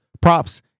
props